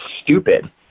stupid